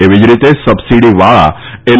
એવી જ રીતે સબસીડીવાળા એલ